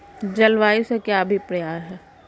जलवायु से क्या अभिप्राय है?